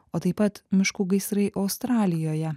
o taip pat miškų gaisrai australijoje